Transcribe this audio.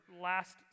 last